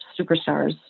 superstars